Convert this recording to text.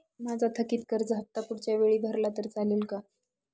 माझा थकीत कर्ज हफ्ता पुढच्या वेळी भरला तर चालेल का?